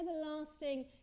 everlasting